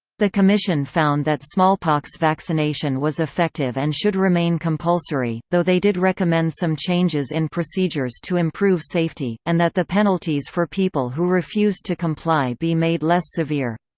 the commission found that smallpox vaccination was effective and should remain compulsory, though they did recommend some changes in procedures to improve safety, and that the penalties for people who refused to comply be made less severe.